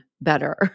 better